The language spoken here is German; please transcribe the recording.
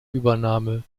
übernahme